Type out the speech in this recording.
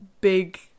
big